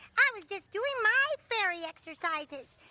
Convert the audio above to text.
i was just doing my fairy exercises.